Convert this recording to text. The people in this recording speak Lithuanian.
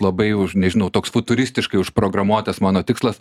labai už nežinau toks tų futiristiškai užprogramuotas mano tikslas